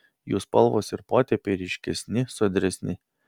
jų spalvos ir potėpiai ryškesni sodresni